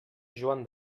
joan